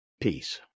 Peace